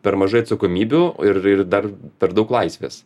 per mažai atsakomybių ir ir dar per daug laisvės